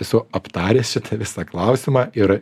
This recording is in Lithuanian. esu aptaręs visą klausimą ir